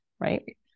Right